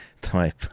type